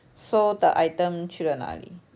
so the item 去了哪里